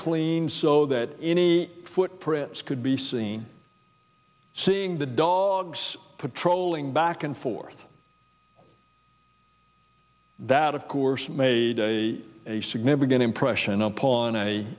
clean so that any footprints could be seen seeing the dogs patrolling back and forth that of course made a a significant impression upon a